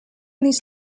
these